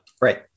Right